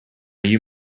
you